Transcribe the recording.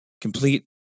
complete